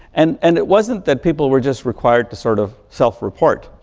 and and it wasn't that people were just required to sort of self-report.